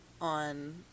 on